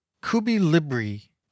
Kubi-Libri